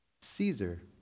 Caesar